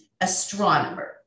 astronomer